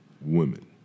women